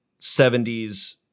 70s